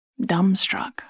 dumbstruck